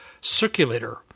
circulator